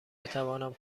بتوانم